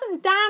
Dan